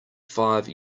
five